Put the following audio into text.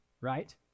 Right